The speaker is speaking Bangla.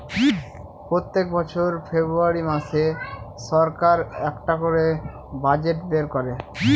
প্রত্যেক বছর ফেব্রুয়ারী মাসে সরকার একটা করে বাজেট বের করে